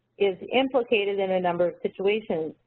is implicated in a number of situations,